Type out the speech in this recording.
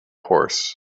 horse